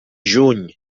juny